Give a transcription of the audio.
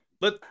let